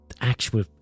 actual